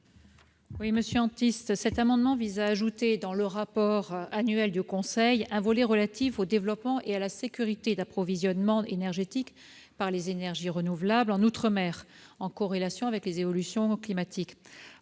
durable ? Cet amendement vise à inclure dans le rapport annuel du Haut Conseil un volet relatif au développement et à la sécurité d'approvisionnement énergétique par les énergies renouvelables en outre-mer en corrélation avec les évolutions climatiques.